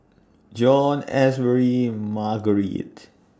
Jon Asbury Margarite